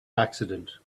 accident